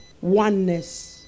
oneness